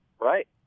Right